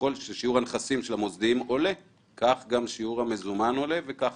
שככל ששיעור הנכסים של המוסדיים עולה כך גם שיעור המזומן עולה וגם